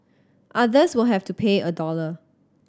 others will have to pay a dollar